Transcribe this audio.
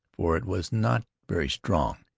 for it was not very strong,